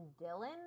Dylan